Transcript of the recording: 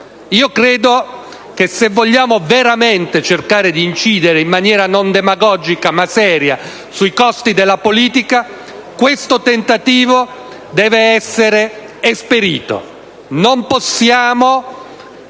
Credo che se vogliamo veramente cercare di incidere in maniera non demagogica ma seria sui costi della politica questo tentativo debba essere esperito. Non possiamo